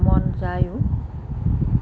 মন যায়ো